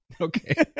Okay